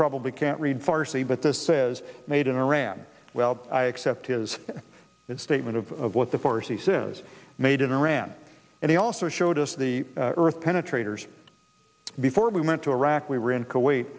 probably can't read farsi but this says made in iran well i accept his statement of what the farsi says made in iran and he also showed us the earth penetrators before we went to iraq we were in kuwait